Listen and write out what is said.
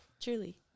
Truly